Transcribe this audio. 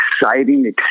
exciting